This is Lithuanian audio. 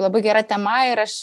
labai gera tema ir aš